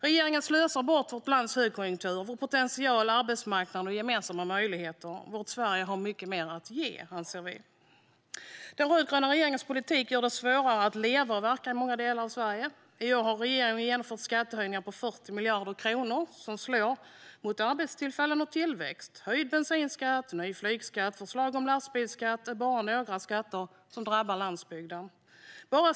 Regeringen slösar bort vårt lands högkonjunktur, potentialen på arbetsmarknaden och gemensamma möjligheter. Vårt Sverige har mycket mer att ge, anser vi. Den rödgröna regeringens politik gör det svårare att leva och verka i många delar av Sverige. I år har regeringen genomfört skattehöjningar på 40 miljarder kronor som slår mot arbetstillfällen och tillväxt. Höjd bensinskatt, ny flygskatt och förslag om lastbilsskatt är bara några skatter som drabbar landsbygden.